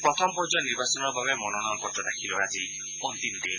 প্ৰথম পৰ্যায়ৰ নিৰ্বাচনৰ বাবে মনোনয়ন পত্ৰ দাখিলৰ আজি অস্তিম দিন